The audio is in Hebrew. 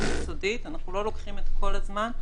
לוקחים את כל הזמן,